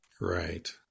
Right